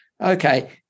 okay